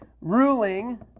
ruling